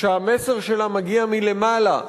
שהמסר שלה מגיע מלמעלה,